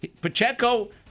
Pacheco